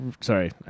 Sorry